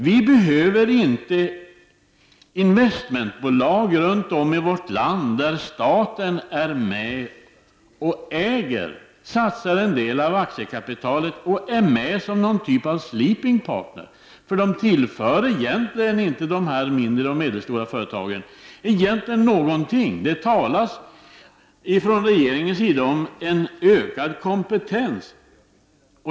Vi behöver inte investmentbolag runt om i vårt land där staten är med som ägare, satsar en del av aktiekapitalet och är med som någon typ av sleeping partner. Det tillför egentligen inte de mindre och medelstora företagen någonting. Det talas från regeringens sida om ökad kompetens.